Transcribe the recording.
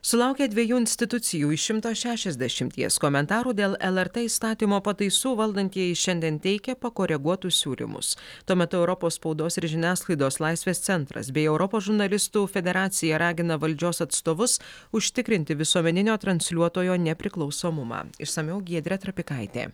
sulaukę dviejų institucijų iš šimto šešiasdešimties komentarų dėl lrt įstatymo pataisų valdantieji šiandien teikia pakoreguotus siūlymus tuo metu europos spaudos ir žiniasklaidos laisvės centras bei europos žurnalistų federacija ragina valdžios atstovus užtikrinti visuomeninio transliuotojo nepriklausomumą išsamiau giedrė trapikaitė